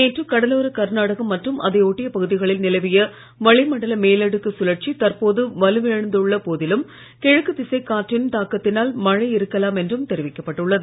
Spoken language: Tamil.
நேற்று கடலோர கர்நாடகம் மற்றும் அதை ஒட்டிய பகுதிகளில் நிலவிய வளி மண்டல மேலடுக்கு சுழற்சி தற்போது வலுவிழந்துள்ள போதிலும் கிழக்கு திசை காற்றின் தாக்கத்தினால் மழை இருக்கலாம் என்றும் தெரிவிக்கப்பட்டுள்ளது